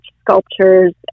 sculptures